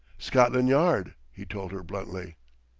scotland yard, he told her bluntly.